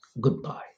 goodbye